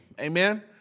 Amen